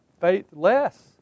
faithless